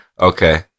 Okay